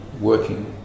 working